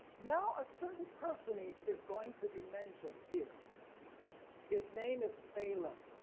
now a certain personage is going to be mentioned here his name is balaam.